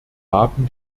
haben